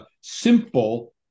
simple